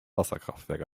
wasserkraftwerk